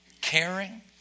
caring